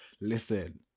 listen